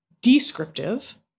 descriptive